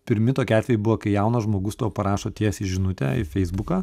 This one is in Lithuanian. pirmi tokie atvejai buvo kai jaunas žmogus tau parašo tiesiai žinutę į feisbuką